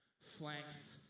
flanks